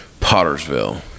Pottersville